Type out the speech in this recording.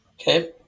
Okay